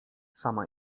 sama